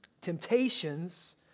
Temptations